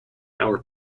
hour